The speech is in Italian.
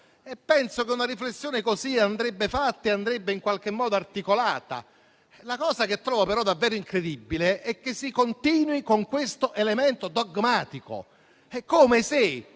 Penso che una tale riflessione andrebbe fatta e in qualche modo articolata. La cosa che trovo davvero incredibile è che si continui con questo elemento dogmatico.